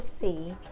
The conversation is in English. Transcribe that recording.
see